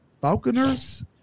Falconers